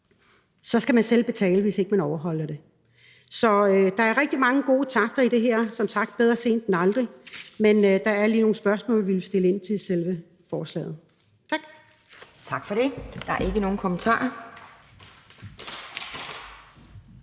skal man selv betale, hvis ikke man overholder isolationen. Så der er rigtig mange gode takter i det her – som sagt bedre sent end aldrig – men der er lige nogle spørgsmål, vi vil stille til selve forslaget. Tak. Kl. 15:27 Anden næstformand